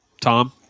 Tom